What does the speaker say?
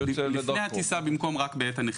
נכון, לפני הטיסה במקום רק בעת הנחיתה.